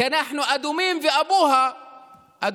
כי אנחנו אדומים, באבוה אדומים.